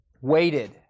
waited